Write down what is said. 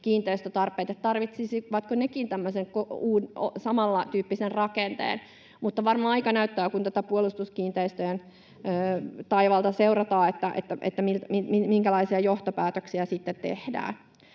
kiinteistötarpeita, tarvitsisivatko nekin tämmöisen samantyyppisen rakenteen. Mutta varmaan aika näyttää, kun tätä Puolustuskiinteistöjen taivalta seurataan, minkälaisia johtopäätöksiä sitten tehdään.